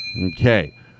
Okay